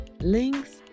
Links